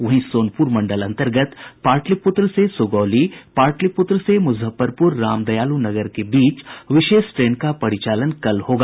वहीं सोनपुर मंडल अंतर्गत पाटलिपुत्र से सुगौली पाटलिपुत्र से मुजफ्फरपुर रामदयालु नगर के बीच विशेष ट्रेन का परिचालन कल किया जायेगा